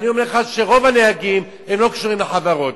אני אומר לך שרוב הנהגים לא קשורים לחברות,